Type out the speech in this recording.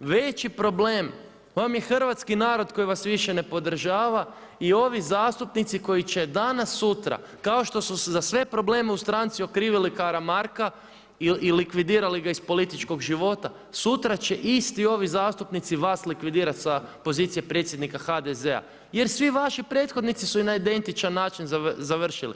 veći problem vam je hrvatski narod koji vas više ne podržava i ovi zastupnici koji će danas sutra, kao što su za sve probleme u stranci okrivili Karamarka i likvidirali ga iz političkog živoga, sutra će isti ovi zastupnici vas likvidirati sa pozicije predsjednika HDZ-a jer svi vaši prethodnici su na identičan način završili.